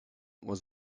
was